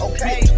Okay